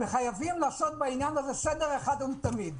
חייבים לעשות בעניין הזה סדר אחת ולתמיד.